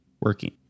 working